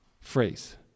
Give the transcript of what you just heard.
phrase